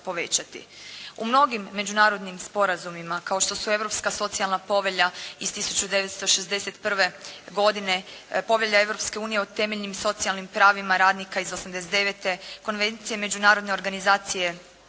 U mnogim međunarodnim sporazumima, kao što su Europska socijalna povelja iz 1961. godine, Povelja Europske unije o temeljnim socijalnim pravima radnika iz '89., Konvencija Međunarodne organizacije